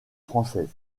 françaises